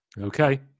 Okay